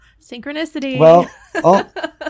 synchronicity